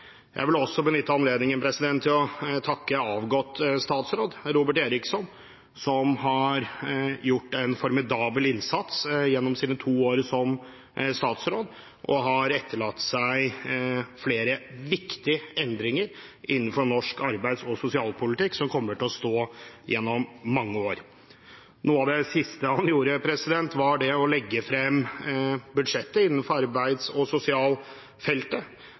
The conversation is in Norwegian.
Jeg vil også benytte anledningen til å takke avgått statsråd – Robert Eriksson – som har gjort en formidabel innsats gjennom sine to år som statsråd. Han har etterlatt seg flere viktige endringer innenfor norsk arbeids- og sosialpolitikk som kommer til å stå gjennom mange år. Noe av det siste han gjorde, var å legge frem budsjettet innenfor arbeids- og